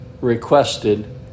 requested